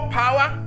power